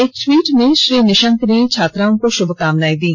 एक टवीट में श्री निशंक ने छात्रों को शुभकामनायें दी